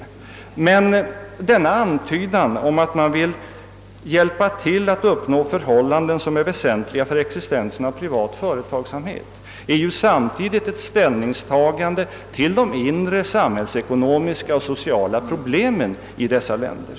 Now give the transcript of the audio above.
Men denna antydan om att man vill hjälpa till att uppnå förhållanden som är väsentliga för existensen av privat företagsamhet är ju samtidigt ett ställningstagande till de inre samhällsekonomiska och sociala problemen i dessa länder.